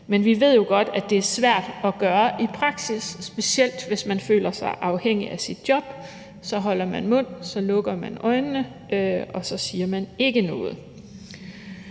Men vi ved jo godt, at det er svært at gøre i praksis, specielt hvis man føler sig afhængig af sit job – så holder man mund, så lukker man øjnene, og så siger man ikke noget.